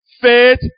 faith